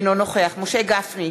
אינו נוכח משה גפני,